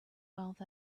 wealth